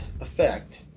effect